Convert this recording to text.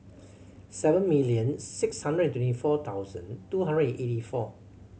seven million six hundred twenty four thousand two hundred and eighty four